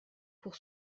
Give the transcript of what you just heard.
pour